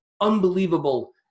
unbelievable